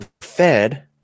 fed